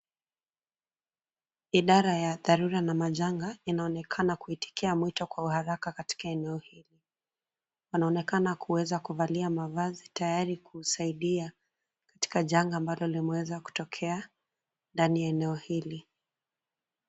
Idara ya dharura na majanga inaonekana kuitikia mwito kwa uharaka katika eneo hii. Wanaonekana kuweza kuvalia mavazi tayari kusaidia katika janga ambalo limeweza kutokea ndani ya eneo hili.